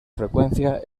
frecuencia